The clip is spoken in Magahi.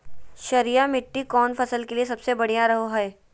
क्षारीय मिट्टी कौन फसल के लिए सबसे बढ़िया रहो हय?